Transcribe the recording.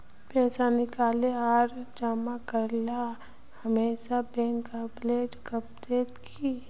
पैसा निकाले आर जमा करेला हमेशा बैंक आबेल पड़ते की?